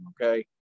okay